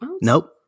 Nope